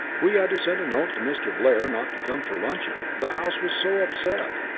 we had to send a note to mr. blair not to come for luncheon, the house was so upset.